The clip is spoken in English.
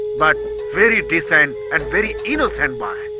but very decent and very innocent boy.